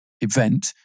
Event